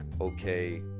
okay